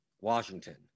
Washington